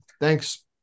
Thanks